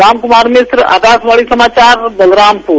रामकुमार मिश्र आकाशवाणी समाचार बलरामपुर